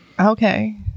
Okay